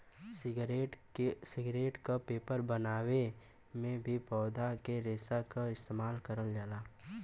cigarette क paper बनावे में भी पौधा के रेशा क इस्तेमाल करल जाला